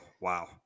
wow